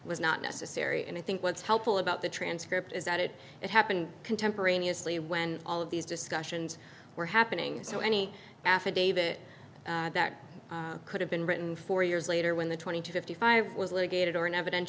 was not necessary and i think what's helpful about the transcript is that it it happened contemporaneously when all of these discussions were happening so any affidavit that could have been written four years later when the twenty to fifty five was litigated or an